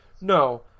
No